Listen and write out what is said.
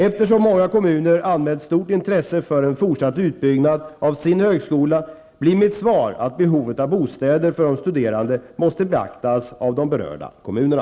Eftersom många kommuner anmält stort intresse för en fortsatt utbyggnad av ''sin'' högskola blir mitt svar att behovet av bostäder för de studerande måste beaktas av de berörda kommunerna.